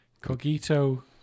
Cogito